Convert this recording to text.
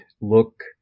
look